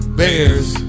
bears